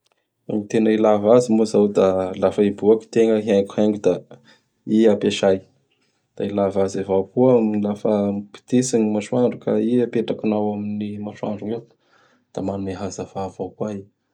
Gny tena ilava azy moa izao; da laha fa hiboaky tegna hihaingohaingo; da i ampiasay. Da ilava azy avao koa laha fa mipititsy gn masoandro ka i apetakinao amin'ny masoandro igny eo; da manome hazava avao koa i.